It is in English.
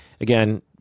again